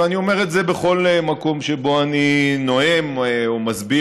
ואני אומר את זה בכל מקום שבו אני נואם או מסביר